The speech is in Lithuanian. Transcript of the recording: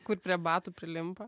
kur prie batų prilimpa